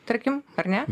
tarkim ar ne